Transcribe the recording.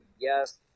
yes